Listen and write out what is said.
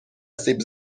سیب